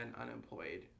unemployed